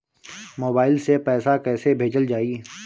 Mobile से पैसा कैसे भेजल जाइ?